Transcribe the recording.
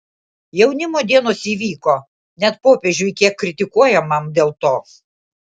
jaunimo dienos įvyko net popiežiui kiek kritikuojamam dėl to